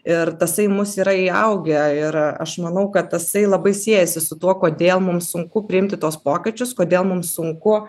ir tasai į mūs yra įaugę ir aš manau kad tasai labai siejasi su tuo kodėl mums sunku priimti tuos pokyčius kodėl mums sunku